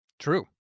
true